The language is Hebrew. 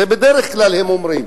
זה בדרך כלל מה שהם אומרים.